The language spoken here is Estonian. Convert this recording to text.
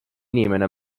inimene